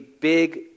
big